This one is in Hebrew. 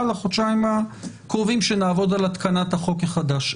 לחודשים הקרובים שנעבוד על התקנת החוק החדש.